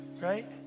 right